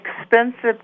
expensive